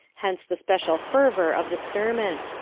hence the special fervour of the sermon.